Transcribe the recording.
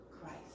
Christ